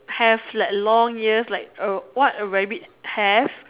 have like long ears like a what a rabbit have